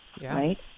right